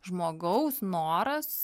žmogaus noras